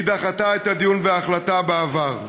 היא דחתה את הדיון בהחלטה בעבר.